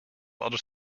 other